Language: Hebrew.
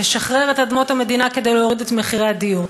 תשחרר את אדמות המדינה כדי להוריד את מחירי הדיור,